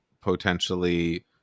potentially